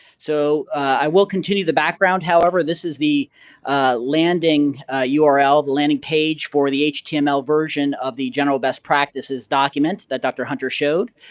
so, i will continue the background. however, this is the landing url, the landing page for the html version of the general best practices document that dr. hunter showed.